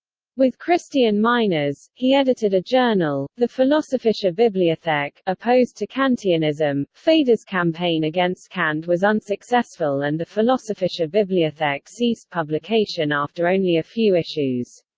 with christian meiners, he edited a journal, the philosophische bibliothek, opposed to kantianism feder's campaign against kant was unsuccessful and the philosophische bibliothek ceased publication after only a few issues.